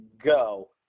go